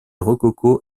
rococo